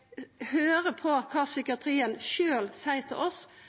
høyrer kva dei i psykiatrien sjølve seier til oss,